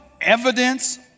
evidence